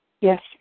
Yes